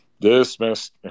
dismissed